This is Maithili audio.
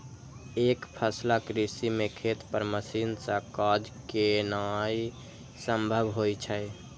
एकफसला कृषि मे खेत पर मशीन सं काज केनाय संभव होइ छै